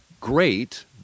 great